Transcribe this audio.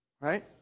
Right